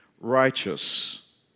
righteous